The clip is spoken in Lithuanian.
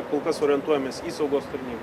kol kas orientuojamės į saugos tarnybą